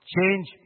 change